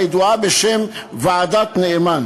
הידועה בשם ועדת נאמן.